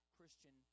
Christian